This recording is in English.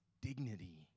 dignity